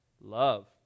Love